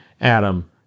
Adam